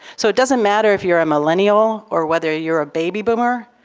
so it doesn't matter if you are a millennial or whether you are a baby boomer,